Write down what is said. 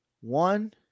one